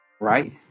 right